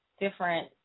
different